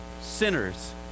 sinners